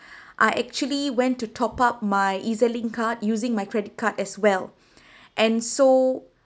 I actually went to top up my EZ_link card using my credit card as well and so